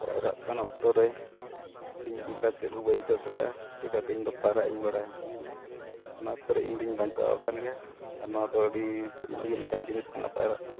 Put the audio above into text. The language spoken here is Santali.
ᱯᱟᱭᱨᱟᱜ ᱠᱟᱱ ᱚᱠᱛᱚᱨᱮ ᱤᱧ ᱚᱱᱠᱟ ᱪᱮᱫ ᱦᱚᱸ ᱵᱟᱹᱧ ᱯᱷᱮᱥ ᱠᱟᱜᱼᱟ ᱪᱤᱠᱟᱹᱛᱮ ᱤᱧᱫᱚ ᱯᱟᱭᱨᱟᱜ ᱤᱧ ᱵᱟᱰᱟᱭᱟ ᱚᱱᱟ ᱚᱠᱛᱚᱨᱮ ᱤᱧᱫᱩᱧ ᱵᱟᱧᱪᱟᱣ ᱟᱠᱟᱱ ᱜᱮᱭᱟ ᱟᱨ ᱱᱚᱣᱟᱫᱚ ᱟᱹᱰᱤ ᱵᱷᱟᱹᱜᱤ ᱞᱮᱠᱟᱱ ᱡᱤᱱᱤᱥ ᱠᱟᱱᱟ ᱯᱟᱭᱨᱟᱜ ᱫᱚ